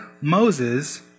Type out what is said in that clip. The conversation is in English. Moses